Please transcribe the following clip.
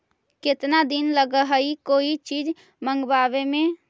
केतना दिन लगहइ कोई चीज मँगवावे में?